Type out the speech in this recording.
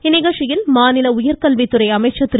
இந்நிகழ்ச்சியில் மாநில உயர்கல்வித்துறை அமைச்சர் திரு